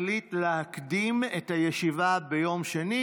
תחליט להקדים את הישיבה ביום שני,